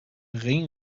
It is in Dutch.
ring